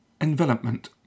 envelopment